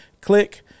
Click